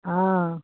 हाँ